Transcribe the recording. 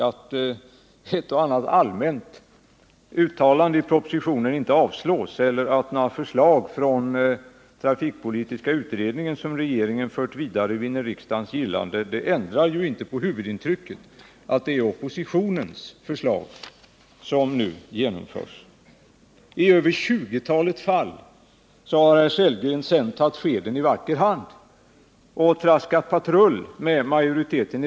Att ett och annat allmänt uttalande i propositionen inte avstyrks eller att några förslag från trafikpolitiska utredningen, som regeringen fört vidare, vinner riksdagens gillande ändrar ju inte på huvudintrycket, att det är oppositionens förslag som nu genomförs. I över 20-talet fall har herr Sellgren sedan tagit skeden i vacker hand och traskat patrullo med majoriteten.